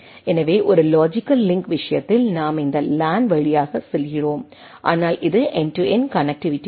எனவே ஒரு logical link விஷயத்தில் நாம் இந்த லேன் வழியாக செல்கிறோம் ஆனால் இது எண்டு டு எண்டு கனெக்ட்டிவிட்டியாகும்